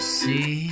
see